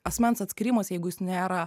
asmens atskyrimas jeigu jis nėra